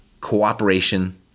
Cooperation